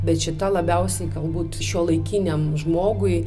bet šita labiausiai galbūt šiuolaikiniam žmogui